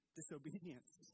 disobedience